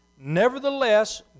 Nevertheless